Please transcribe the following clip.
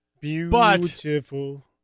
Beautiful